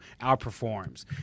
outperforms